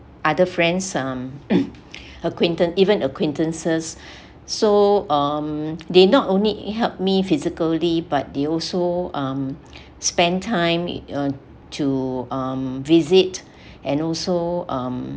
other friends um acquaintance even acquaintances so um they not only helped me physically but they also um spend time uh to um visit and also um